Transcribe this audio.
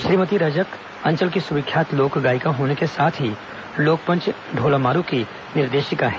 श्रीमती रजक अंचल की सुविख्यात लोक गायिका होने के साथ ही लोकमंच ढोला मारू की निर्देशिका हैं